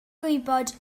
gwybod